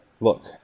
look